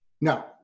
No